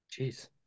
Jeez